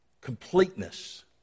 completeness